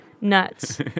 nuts